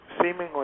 seemingly